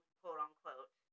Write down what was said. quote-unquote